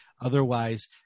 Otherwise